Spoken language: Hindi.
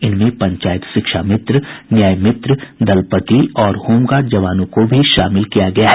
इनमें पंचायत शिक्षा मित्र न्याय मित्र दलपति और होमगार्ड जवानों को भी शामिल किया गया है